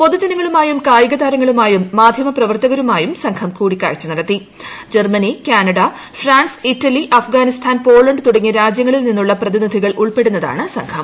പൊതുജനങ്ങളുമായും കായികതാരങ്ങളുമായും മാധ്യമപ്രവർത്തകരുമായും സ്ഘം കൂടിക്കാഴ്ച നടത്തി ജർമനി കാനഡ ഫ്രാൻസ് യുക്റ്റ്ലി അഫ്ഗാനിസ്ഥാൻ പോളണ്ട് തുടങ്ങിയ രാജ്യങ്ങളിൽ ്ന്നീന്നുള്ള പ്രതിനിധികൾ ഉൾപ്പെടുന്നതാണ് സംഘം